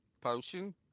potion